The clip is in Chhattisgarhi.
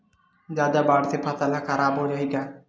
जादा बाढ़ से फसल ह खराब हो जाहि का?